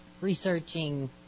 researching